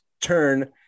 turn